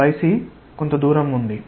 మనకు yc కొంత దూరం ఉంది